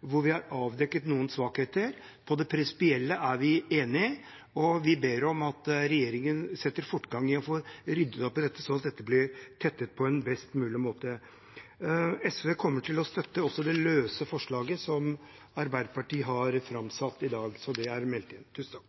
hvor vi har avdekket noen svakheter. På det prinsipielle er vi enig, og vi ber om at regjeringen setter fortgang i å få ryddet opp i dette, slik at dette blir tettet på en best mulig måte. SV kommer til å støtte også det løse forslaget som Arbeiderpartiet har framsatt i